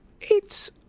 it's